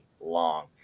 long